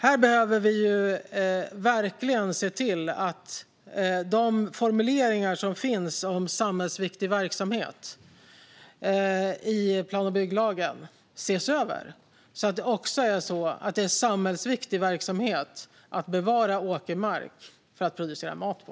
Här behöver vi verkligen se till att de formuleringar som finns om samhällsviktig verksamhet i plan och bygglagen ses över så att det är samhällsviktig verksamhet att bevara åkermark att producera mat på.